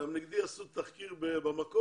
גם נגדי עשו תחקיר ב"מקור",